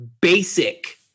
basic